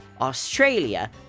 Australia